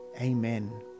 amen